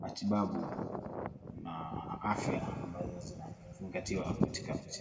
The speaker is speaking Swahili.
matibabu na afya ambazo zinazingatiwa katika picha hii.